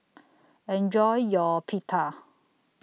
Enjoy your Pita